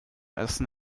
essen